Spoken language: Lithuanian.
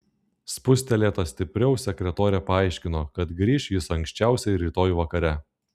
spustelėta stipriau sekretorė paaiškino kad grįš jis anksčiausiai rytoj vakare